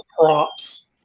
props